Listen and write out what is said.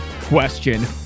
question